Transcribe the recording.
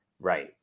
Right